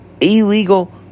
illegal